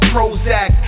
Prozac